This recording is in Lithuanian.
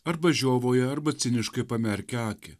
arba žiovauja arba ciniškai pamerkia akį